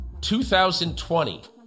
2020